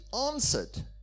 answered